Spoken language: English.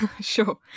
Sure